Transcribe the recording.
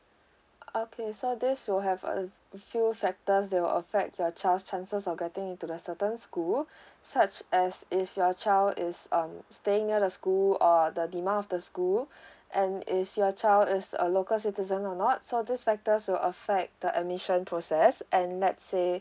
okay so this will have a few factors that will affect your child's chances of getting into the certain school such as if your child is um staying near the school or the demand of the school and if your child is a local citizen or not so this factors will affect the admission process and let's say